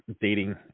dating